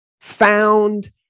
found